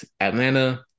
atlanta